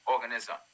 organism